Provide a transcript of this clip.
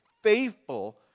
faithful